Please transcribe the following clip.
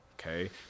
okay